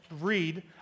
read